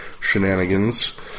shenanigans